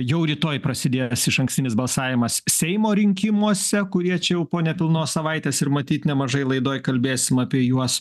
jau rytoj prasidės išankstinis balsavimas seimo rinkimuose kurie čia jau po nepilnos savaitės ir matyt nemažai laidoj kalbėsime apie juos